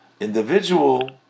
individual